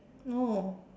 oh